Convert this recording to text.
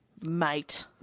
mate